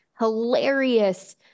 hilarious